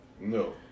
No